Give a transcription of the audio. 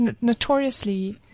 notoriously